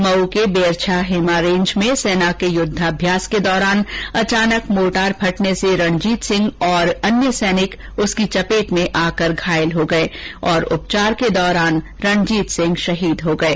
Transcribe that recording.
मऊ के बेरछा हेमा रेंज में र्सना के युद्वाभ्यास के दौरान अचानक मोर्टार फटने से रणजीत सिंह तथा अन्य सैनिक उसकी चपेट में आकर घायल हो गये और उपचार के दौरान वे शहीद हो गये